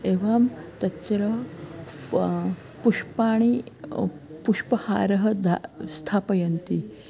एवं तत्र फ़ा पुष्पाणि पुष्पहारं धा स्थापयन्ति